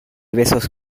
besos